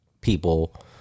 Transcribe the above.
people